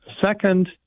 Second